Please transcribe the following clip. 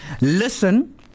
listen